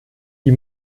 die